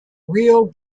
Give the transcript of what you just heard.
real